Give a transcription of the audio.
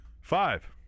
Five